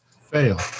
Fail